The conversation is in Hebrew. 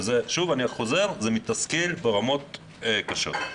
ושוב - זה מתסכל ברמות קשות.